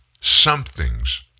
Something's